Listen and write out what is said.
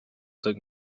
take